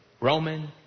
Roman